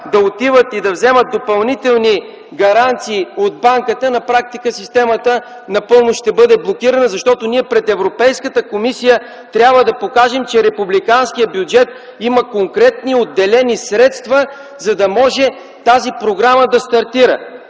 да отидат и да вземат допълнителни гаранции от банката, на практика системата ще бъде напълно блокирана. Пред Европейската комисия ние трябва да покажем, че републиканският бюджет има конкретно отделени средства, за да може тази програма да стартира.